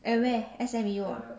at where S_M_U ah